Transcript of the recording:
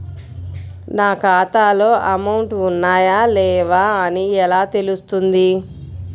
నా ఖాతాలో అమౌంట్ ఉన్నాయా లేవా అని ఎలా తెలుస్తుంది?